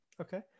Okay